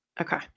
okay